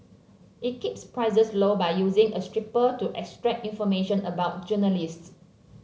it keeps prices low by using a scraper to extract information about journalists